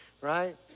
Right